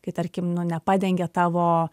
kai tarkim nu nepadengia tavo